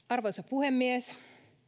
arvoisa puhemies